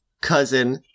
Cousin